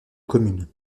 commune